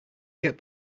get